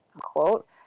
quote